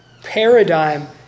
paradigm